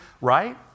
right